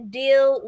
deal